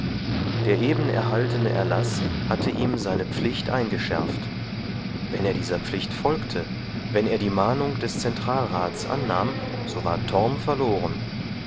der eben erhaltene erlaß hatte ihm seine pflicht eingeschärft wenn er dieser pflicht folgte wenn er die mahnung des zentralrats annahm so war torm verloren